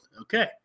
Okay